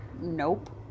Nope